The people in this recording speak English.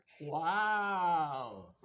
Wow